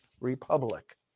republic